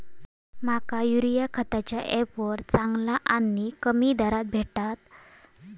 माका युरिया खयच्या ऍपवर चांगला आणि कमी दरात भेटात?